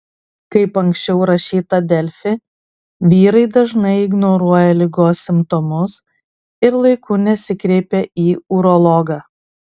kaip anksčiau rašyta delfi vyrai dažnai ignoruoja ligos simptomus ir laiku nesikreipia į urologą